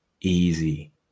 Easy